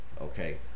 okay